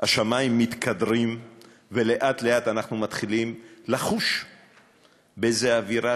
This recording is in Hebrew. השמים מתקדרים ולאט-לאט אנחנו מתחילים לחוש באיזו אווירה: